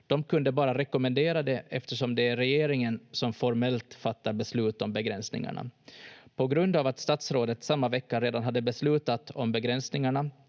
De kunde bara rekommendera det eftersom det är regeringen som formellt fattar beslut om begränsningarna. På grund av att statsrådet samma vecka redan hade beslutat om begränsningarna